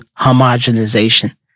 homogenization